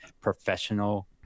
professional